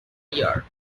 year